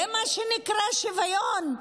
זה מה שנקרא שוויון?